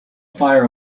fire